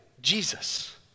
Jesus